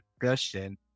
discussion